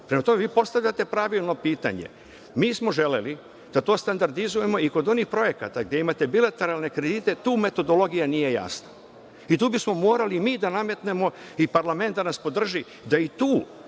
tome, vi postavljate pravilno pitanje. Mi smo želeli da to standardizujemo i kod onih projekata gde imate bilateralne kredite tu metodologija nije jasna i tu bismo morali mi da nametnemo i parlament da nas podrži da i tu